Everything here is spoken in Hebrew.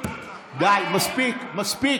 די, מספיק, מספיק.